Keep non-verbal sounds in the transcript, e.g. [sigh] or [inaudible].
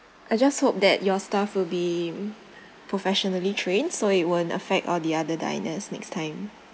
I just hope that your staff will be [noise] professionally trained so it won't affect all the other diners next time